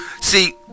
See